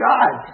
God